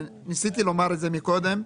ניסיתי לומר את זה קודם.